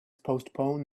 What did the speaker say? postpone